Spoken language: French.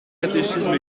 catéchisme